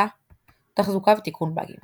פריסה תחזוקה ותיקון באגים